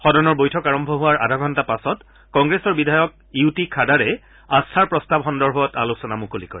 সদনৰ বৈঠক আৰম্ভ হোৱাৰ আধাঘণ্টা পাছত কংগ্ৰেছৰ বিধায়ক ইউ টি খাডাৰে আস্থাৰ প্ৰস্তাৱ সন্দৰ্ভত আলোচনা মুকলি কৰে